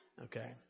Okay